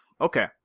okay